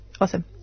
Awesome